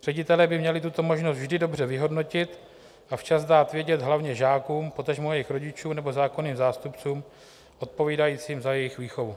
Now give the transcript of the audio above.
Ředitelé by měli tuto možnost vždy dobře vyhodnotit a včas dát vědět hlavně žákům, potažmo jejich rodičům nebo zákonným zástupcům odpovídajícím za jejich výchovu.